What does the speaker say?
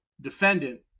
Defendant